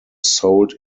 sold